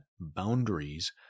boundaries